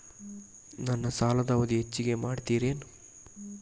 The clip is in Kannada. ನನ್ನ ಸಾಲದ ಅವಧಿ ಹೆಚ್ಚಿಗೆ ಮಾಡ್ತಿರೇನು?